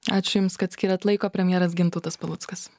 ačiū jums kad skyrėt laiko premjeras gintautas paluckas